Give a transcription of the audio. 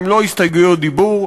הן לא הסתייגויות דיבור.